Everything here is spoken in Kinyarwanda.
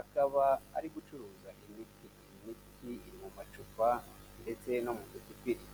akaba ari gucuruza imiti, imiti iri mu macupa ndetse no mu dupipiri.